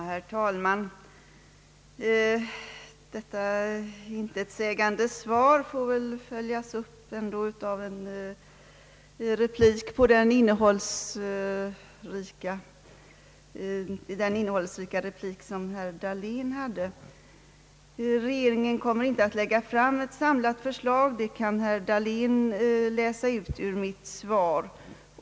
Herr talman! Detta »intetsägande svar» får väl följas upp av en replik på herr Dahléns innehållsrika anförande. Regeringen kommer inte att lägga fram ett samlat förslag — det anser sig herr Dahlén kunna läsa ut ur mitt svar.